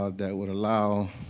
ah that would allow, ah,